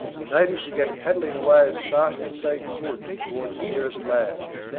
the natives began paddling away as fast as they could towards the nearest land,